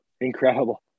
Incredible